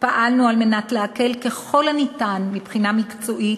פעלנו על מנת להקל ככל הניתן מבחינה מקצועית